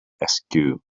askew